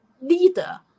leader